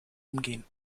umgehen